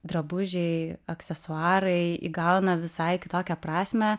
drabužiai aksesuarai įgauna visai kitokią prasmę